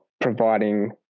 providing